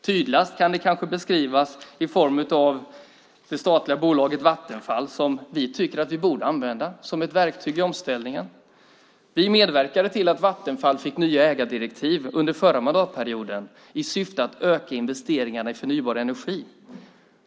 Tydligast kan det kanske beskrivas i form av det statliga bolaget Vattenfall, som vi tycker att vi borde använda som ett verktyg i omställningen. Vi medverkade till att Vattenfall fick nya ägardirektiv under förra mandatperioden i syfte att öka investeringarna i förnybar energi.